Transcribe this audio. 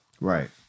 Right